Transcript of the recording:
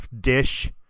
Dish